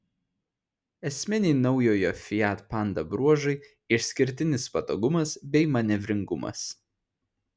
esminiai naujojo fiat panda bruožai išskirtinis patogumas bei manevringumas